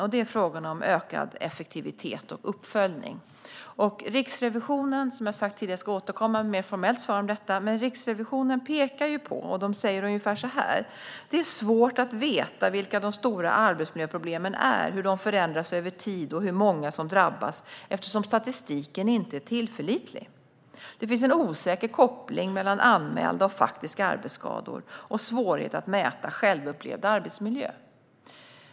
Och det är frågorna om ökad effektivitet och uppföljning. När det gäller Riksrevisionen ska vi, som jag har sagt tidigare, återkomma med ett mer formellt svar. Men Riksrevisionen säger ungefär så här: Det är svårt att veta vilka de stora arbetsmiljöproblemen är, hur de förändras över tid och hur många som drabbas eftersom statistiken inte är tillförlitlig. Det finns en osäker koppling mellan anmälda och faktiska arbetsskador och svårigheter att mäta självupplevd arbetsmiljö.